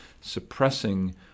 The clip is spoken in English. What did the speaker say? suppressing